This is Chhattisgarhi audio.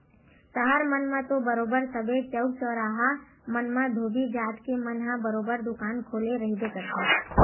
सहर मन म तो बरोबर सबे चउक चउराहा मन म धोबी जात के मन ह बरोबर दुकान खोले रहिबे करथे